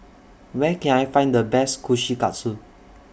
Where Can I Find The Best Kushikatsu